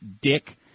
dick